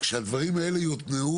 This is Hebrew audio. כשהדברים האלה יותנעו,